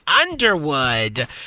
Underwood